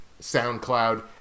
SoundCloud